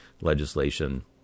legislation